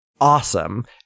awesome